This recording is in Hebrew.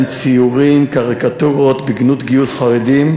ציורים וקריקטורות בגנות גיוס חרדים,